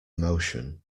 motion